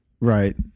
Right